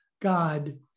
God